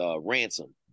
Ransom